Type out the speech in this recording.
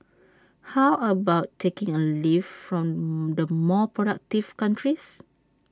how about taking A leaf from the more productive countries